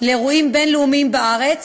לאירועים בין-לאומיים בארץ